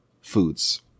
foods